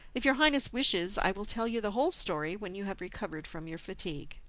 if your highness wishes i will tell you the whole story, when you have recovered from your fatigue.